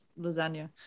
lasagna